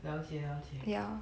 了解了解